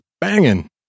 banging